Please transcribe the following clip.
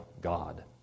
God